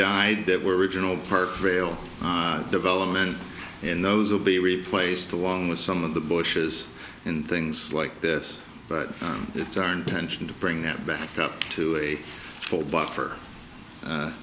died that were regional park trail development and those will be replaced along with some of the bushes and things like this but it's our intention to bring that back up to a full buffer